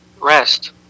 rest